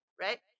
Right